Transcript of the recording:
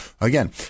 again